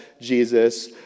Jesus